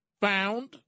found